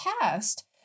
past